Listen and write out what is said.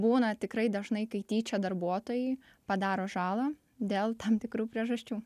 būna tikrai dažnai kai tyčia darbuotojai padaro žalą dėl tam tikrų priežasčių